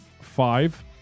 five